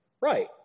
Right